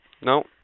No